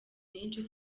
menshi